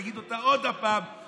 תגיד אותה עוד פעם,